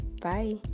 bye